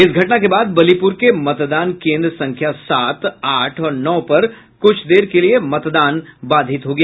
इस घटना के बाद बलीपुर के मतदान केन्द्र संख्या सात आठ और नौ पर कुछ देर के लिए मतदान बाधित हो गया